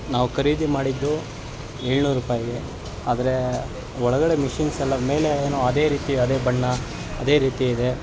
ನಾವು ಖರೀದಿ ಮಾಡಿದ್ದು ಏಳುನೂರು ರೂಪಾಯಿಗೆ ಆದರೆ ಒಳಗಡೆ ಮಶೀನ್ಸ್ ಎಲ್ಲ ಮೇಲೆ ಏನೋ ಅದೇ ರೀತಿ ಅದೇ ಬಣ್ಣ ಅದೇ ರೀತಿ ಇದೆ